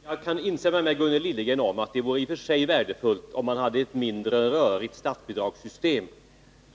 Fru talman! Jag kan instämma med Gunnel Liljegren i att det vore värdefullt om man hade ett mindre rörigt statsbidragssystem